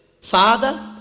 Father